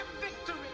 victory